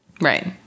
Right